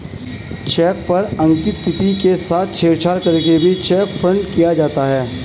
check पर अंकित तिथि के साथ छेड़छाड़ करके भी चेक फ्रॉड किया जाता है